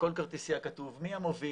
בכל כרטיסיה כתוב מי המוביל,